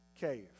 cave